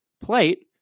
plate